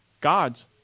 God's